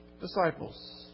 disciples